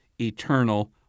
eternal